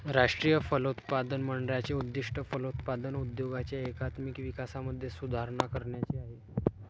राष्ट्रीय फलोत्पादन मंडळाचे उद्दिष्ट फलोत्पादन उद्योगाच्या एकात्मिक विकासामध्ये सुधारणा करण्याचे आहे